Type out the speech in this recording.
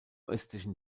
östlichen